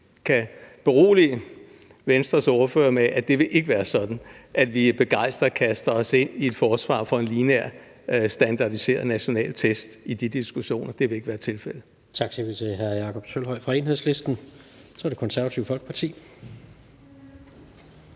kan berolige Venstres ordfører med, at det ikke vil være sådan, at vi begejstret kaster os ind i et forsvar for en lineær standardiseret national test i de diskussioner – det vil ikke være tilfældet. Kl. 17:20 Tredje næstformand (Jens Rohde): Tak siger vi til hr. Jakob Sølvhøj fra Enhedslisten. Så er det Det Konservative Folkepartis